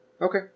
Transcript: Okay